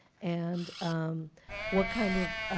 and what kind of